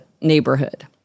neighborhood